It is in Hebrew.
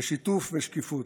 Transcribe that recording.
בשיתוף ובשקיפות.